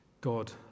God